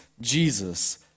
Jesus